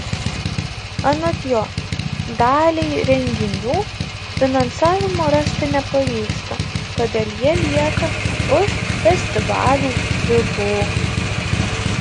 anot jo daliai renginių finansavimo rasti nepavyksta todėl jie lieka už festivalių ribų